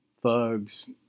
thugs